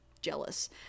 jealous